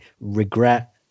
regret